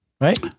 Right